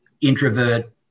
introvert